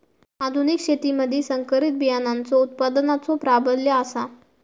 आधुनिक शेतीमधि संकरित बियाणांचो उत्पादनाचो प्राबल्य आसा